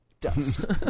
dust